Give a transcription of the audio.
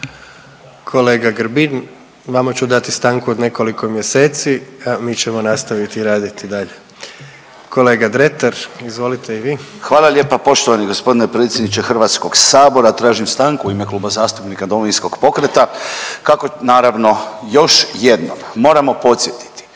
Kolega Grbin, vama ću dati stanku od nekoliko mjeseci, a mi ćemo nastaviti raditi i dalje. Kolega Dretar, izvolite i vi. **Dretar, Davor (DP)** Hvala lijepa poštovani gospodine predsjedniče Hrvatskog sabora. Tražim stanku u ime Kluba zastupnika Domovinskog pokreta kako naravno još jednom moramo podsjetiti